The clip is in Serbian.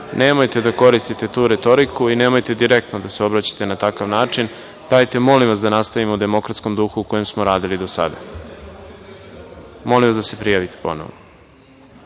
vas. Nemojte da koristite tu retoriku i nemojte direktno da se obraćate na takav način. Dajte molim vas da nastavimo u demokratskom duhu u kojem smo radili do sada. Molim vas da se prijavite ponovo.